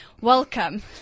welcome